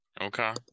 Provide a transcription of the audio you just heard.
okay